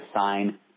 sign